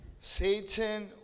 Satan